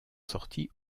sorti